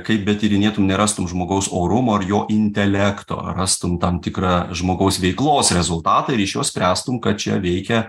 kaip betyrinėtum nerastum žmogaus orumo ir jo intelekto rastum tam tikrą žmogaus veiklos rezultatą ir iš jo spręstum kad čia veikia